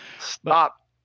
Stop